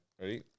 ready